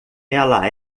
ela